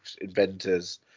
inventors